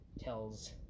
tells